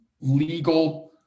legal